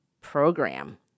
program